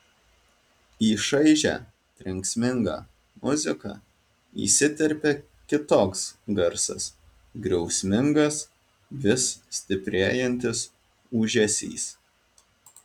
į šaižią trenksmingą muziką įsiterpia kitoks garsas griausmingas vis stiprėjantis ūžesys